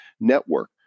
network